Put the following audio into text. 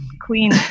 queen